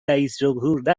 رییسجمهور